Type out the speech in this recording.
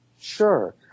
Sure